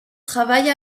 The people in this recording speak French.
travaille